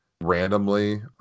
randomly